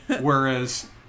Whereas